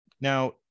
Now